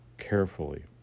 carefully